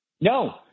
No